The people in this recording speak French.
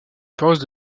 paroisse